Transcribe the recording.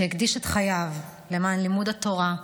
שהקדיש את חייו למען לימוד התורה,